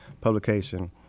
publication